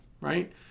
right